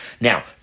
Now